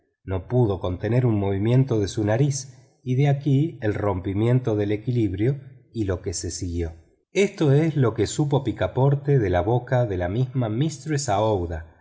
no pudo contener un movimiento de su nariz y de aquí el rompimiento del equilibrio y lo que se siguió esto es lo que supo picaporte de boca de la misma mistress aouida